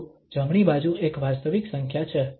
તો જમણી બાજુ એક વાસ્તવિક સંખ્યા છે